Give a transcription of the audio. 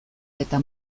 eta